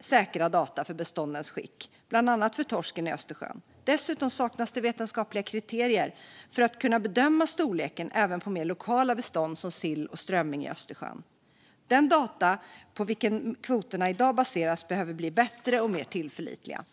säkra data om beståndens skick, bland annat för torsken i Östersjön. Dessutom saknas det vetenskapliga kriterier för att kunna bedöma storleken även på mer lokala bestånd, som sill och strömming, i Östersjön. De data på vilka kvoterna i dag baseras behöver bli bättre och mer tillförlitliga.